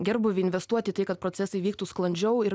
gerbūvį investuot į tai kad procesai vyktų sklandžiau ir